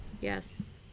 Yes